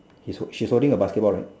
he is hold she is holding a basketball right